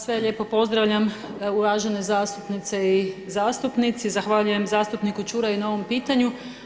Sve lijepo pozdravljam uvažene zastupnice i zastupnici, zahvaljujem zastupniku Čuraju na ovom pitanju.